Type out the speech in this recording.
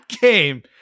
game